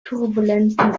turbulenten